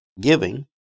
giving